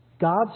God's